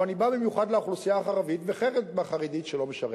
אבל אני בא במיוחד לאוכלוסייה הערבית ולחלק מהחרדית שלא משרתת: